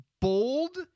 bold